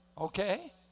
okay